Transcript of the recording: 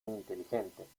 inteligente